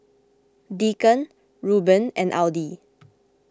Deacon Rueben and Audie